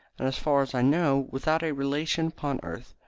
as far as i know, without a relation upon earth.